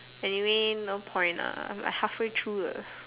anyway no point lah like half way through 了